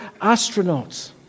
astronauts